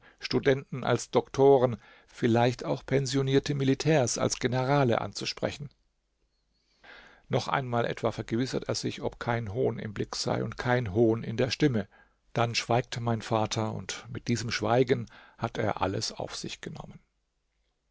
studenten als doktoren vielleicht auch pensionierte militärs als generale anzusprechen noch einmal etwa vergewissert er sich ob kein hohn im blick sei und kein hohn in der stimme dann schweigt mein vater und mit diesem schweigen hat er alles auf sich genommen